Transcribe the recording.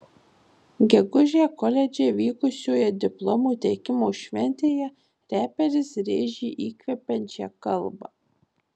gegužę koledže vykusioje diplomų teikimo šventėje reperis rėžė įkvepiančią kalbą